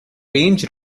range